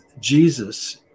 Jesus